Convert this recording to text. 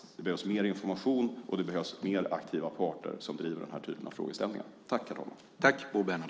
Det som behövs är mer information och mer aktiva parter som driver den här typen av frågeställningar.